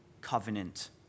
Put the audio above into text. covenant